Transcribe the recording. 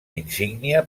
insígnia